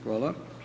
Hvala.